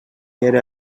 era